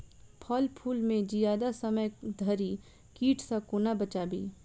फल फुल केँ जियादा समय धरि कीट सऽ कोना बचाबी?